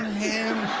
him!